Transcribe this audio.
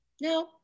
No